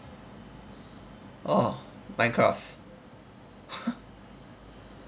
orh minecraft